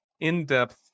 in-depth